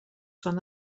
són